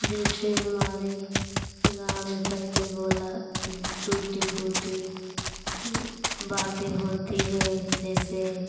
जैसे हमारे गाँव में पहले बोला टूटी फूटी बातें होती हैं जैसे